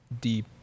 deep